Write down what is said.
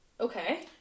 Okay